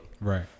Right